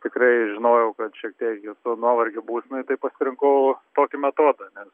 tikrai žinojau kad šiek tiek esu nuovargio būsenoj tai pasirinkau tokį metodą nes